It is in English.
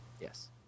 Yes